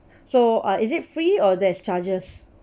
so uh is it free or there is charges